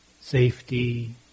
safety